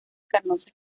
carnosas